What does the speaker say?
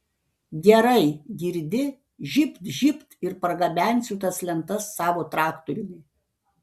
gerai girdi žybt žybt ir pargabensiu tas lentas savo traktoriumi